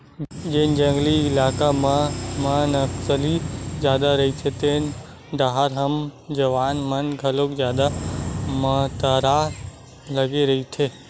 जेन जंगली इलाका मन म नक्सली जादा रहिथे तेन डाहर हमर जवान मन घलो जादा मातरा लगे रहिथे